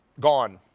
gone.